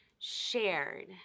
shared